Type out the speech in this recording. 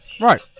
Right